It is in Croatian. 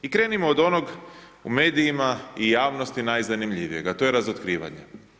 I krenimo od onog u medijima i javnosti najzanimljivijeg, a to je razotkrivanje.